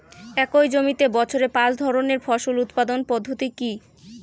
একই জমিতে বছরে পাঁচ ধরনের ফসল উৎপাদন পদ্ধতি কী?